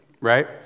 Right